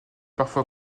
parfois